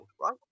right